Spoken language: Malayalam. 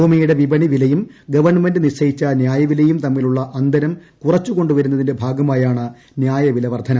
ഭൂമിയുടെ വിപണി വിലയും ഗവൺമെന്റ് നിശ്ചയിച്ച ന്യായവിലയും തമ്മിലുള്ള അന്തരം കുറച്ചുകൊണ്ടു വരുന്നതിന്റെ ഭാഗമായാണ് ന്യായവില വർധന